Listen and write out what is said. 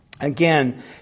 Again